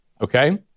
Okay